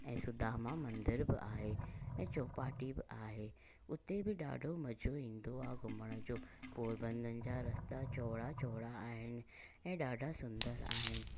ऐं सुदामा मंदर बि आहे ऐं चौपाटी बि आहे उते बि ॾाढो मज़ो ईंदो आहे घुमण जो पोरबन्दर जा रस्ता चौड़ा चौड़ा आहिनि ऐं ॾाढा सुन्दर आहिनि